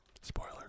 Spoiler